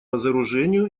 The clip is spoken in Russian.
разоружению